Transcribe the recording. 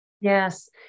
Yes